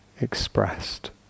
expressed